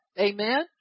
Amen